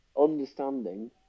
understanding